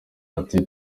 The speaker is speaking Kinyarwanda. ati